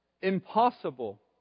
impossible